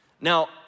Now